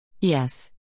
Yes